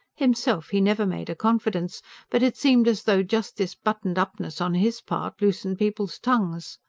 himself he never made a confidence but it seemed as though just this buttoned-upness on his part loosened people's tongues.